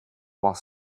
while